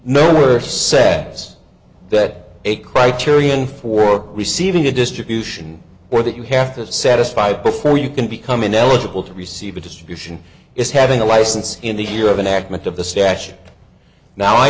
nowhere sads that a criterion for receiving a distribution or that you have to satisfy before you can become ineligible to receive a distribution is having a license in the year of an accident of the